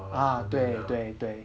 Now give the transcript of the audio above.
ah 对对对